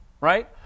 Right